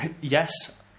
yes